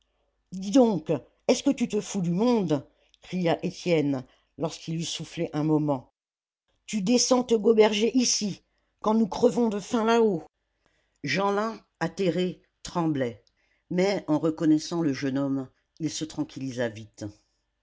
dis donc est-ce que tu te fous du monde cria étienne lorsqu'il eut soufflé un moment tu descends te goberger ici quand nous crevons de faim là-haut jeanlin atterré tremblait mais en reconnaissant le jeune homme il se tranquillisa vite